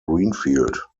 greenfield